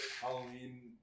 Halloween